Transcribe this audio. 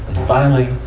finally,